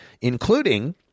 including